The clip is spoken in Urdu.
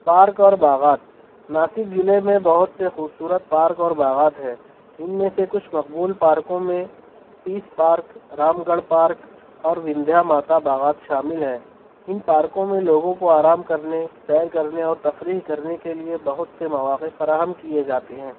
پارک اور باغات ناسک ضلعے میں بہت سے خوبصورت پارک اور باغات ہیں ان میں سے کچھ مقبول پارکوں میں peace park Ramgarh park اور وندھیا ماتا باغات شامل ہیں ان پارکوں میں لوگوں کو آرام کرنے سیر کرنے اور تفریح کرنے کے لیے بہت سے مواقع فراہم کیے جاتے ہیں